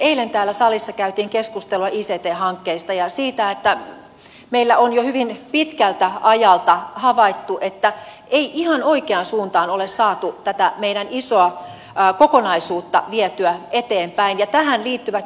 eilen täällä salissa käytiin keskustelua ict hankkeista ja siitä että meillä on jo hyvin pitkältä ajalta havaittu että tätä meidän isoa kokonaisuuttamme ei ole saatu ihan oikeaan suuntaan vietyä eteenpäin ja tähän liittyvät juuri ne haasteet